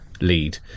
lead